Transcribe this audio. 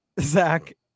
Zach